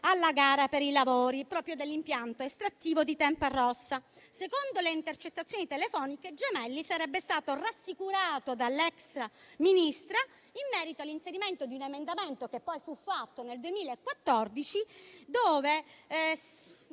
alla gara per i lavori dell'impianto estrattivo di Tempa Rossa. Secondo le intercettazioni telefoniche, Gemelli sarebbe stato rassicurato dall'ex Ministra in merito all'inserimento di un emendamento, che poi fu presentato nel 2014, con